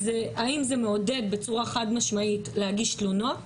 האם זה מעודד בצורה חד-משמעית להגיש תלונות?